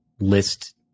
list